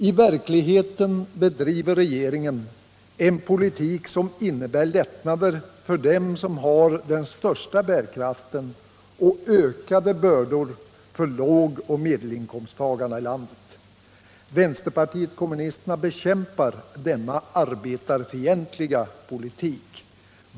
I verkligheten bedriver regeringen en politik som innebär lättnader för dem som har den största bärkraften och ökade bördor för lågoch medelinkomsttagarna i landet. Vänsterpartiet kommunisterna bekämpar denna arbetarfientliga politik.